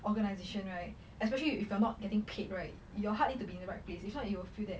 organization right especially you if you're not getting paid right your heart need to be in the right place if not you will feel that